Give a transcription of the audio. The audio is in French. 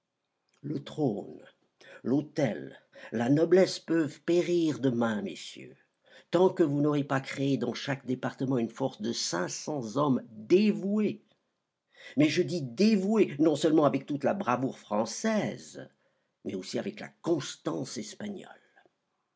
le trône l'autel la noblesse peuvent périr demain messieurs tant que vous n'aurez pas créé dans chaque département une force de cinq cents hommes dévoués mais je dis dévoués non seulement avec toute la bravoure française mais aussi avec la constance espagnole